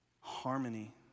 harmony